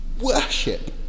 worship